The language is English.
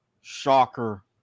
Shocker